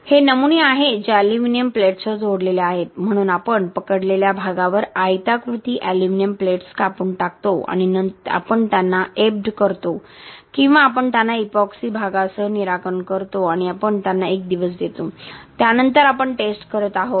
हे नमुने आहेत जे एल्युमिनियम प्लेट्ससह जोडलेले आहेत म्हणून आपण पकडलेल्या भागावर आयताकृती एल्युमिनियम प्लेट्स कापून टाकतो आणि आपण त्यांना एबड करतो किंवा आपण त्यांना इपॉक्सी भागसह निराकरण करतो आणि आपण त्यांना 1 दिवस देतो त्यानंतर आपण टेस्ट करत आहोत